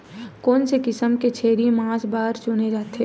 कोन से किसम के छेरी मांस बार चुने जाथे?